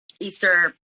Easter